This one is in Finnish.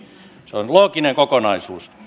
se on looginen kokonaisuus